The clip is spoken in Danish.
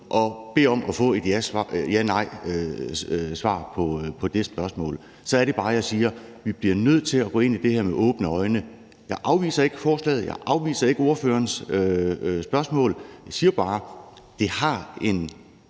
og beder om at få et ja-nej-svar på det spørgsmål. Så er det bare, jeg siger: Vi bliver nødt til at gå ind i det her med åbne øjne. Jeg afviser ikke forslaget, og jeg afviser ikke ordførerens spørgsmål, men jeg siger bare, at det har en